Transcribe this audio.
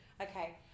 okay